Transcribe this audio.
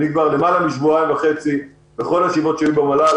אני כבר למעלה משבועיים וחצי בכל הישיבות שהיו במל"ל